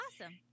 Awesome